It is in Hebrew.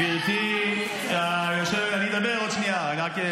רגע, רגע, ועכשיו אני אומר לך משהו.